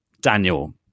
Daniel